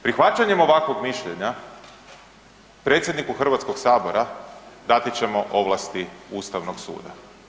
Prihvaćanjem ovakvog mišljenja, predsjedniku Hrvatskog sabora dati ćemo ovlasti Ustavnog suda.